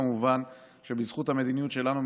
כמובן שבזכות המדיניות שלנו,